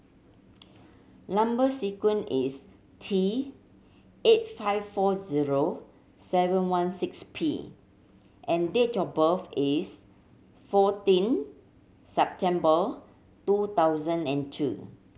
number sequence is T eight five four zero seven one six P and date of birth is fourteen September two thousand and two